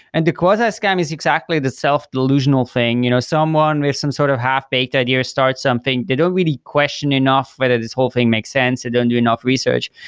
and the quasi-scam is exactly the self-delusional thing. you know someone with some sort of half-baked idea starts something, they don't really question enough whether this whole thing makes sense, they don't do enough research.